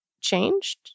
changed